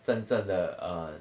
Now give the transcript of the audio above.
真正的 err